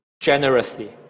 generously